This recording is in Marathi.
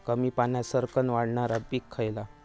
कमी पाण्यात सरक्कन वाढणारा पीक खयला?